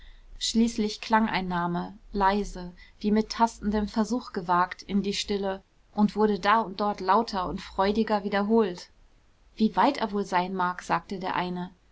schließlich klang ein name leise wie mit tastendem versuch gewagt in die stille und wurde da und dort lauter und freudiger wiederholt wie weit er wohl sein mag sagte der eine